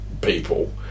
people